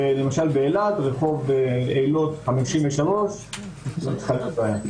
יש הבדל בין נקודת ציון שהיא למעשה שום דבר,